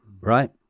right